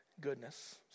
goodness